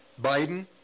Biden